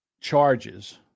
charges